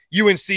UNC